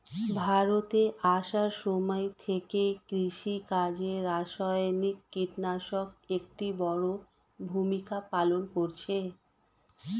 ভারতে আসার সময় থেকে কৃষিকাজে রাসায়নিক কিটনাশক একটি বড়ো ভূমিকা পালন করেছে